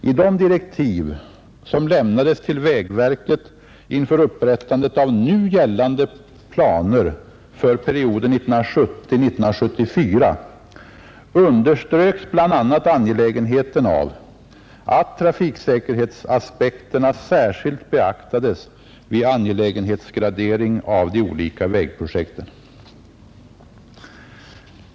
I de direktiv som lämnades till vägverket inför upprättande av nu gällande planer för perioden 1970-1974 underströks gärder för att förbättra trafikfarliga vägar bl.a. angelägenheten av att trafiksäkerhetsaspekterna särskilt beaktades vid angelägenhetsgradering av de olika vägprojekten.